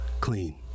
clean